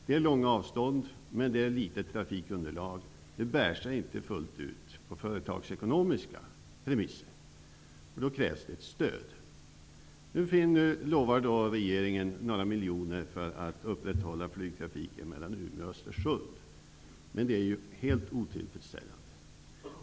Det är långa avstånd, men trafikunderlaget är litet, och det bär sig inte fullt ut på företagsekonomiska premisser. Då krävs det ett stöd. Nu lovar regeringen några miljoner för att flygtrafiken mellan Umeå och Östersund skall kunna upprätthållas, men det är helt otillfredsställande.